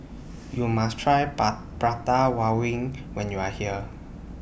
YOU must Try Par Prata when YOU Are here